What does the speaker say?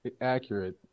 accurate